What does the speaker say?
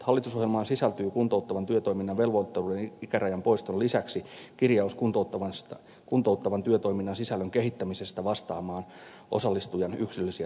hallitusohjelmaan sisältyy kuntouttavan työtoiminnan velvoittavuuden ikärajan poiston lisäksi kirjaus kuntouttavan työtoiminnan sisällön kehittämisestä vastaamaan osallistujan yksilöllisiä tarpeita